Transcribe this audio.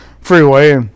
freeway